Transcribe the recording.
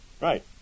Right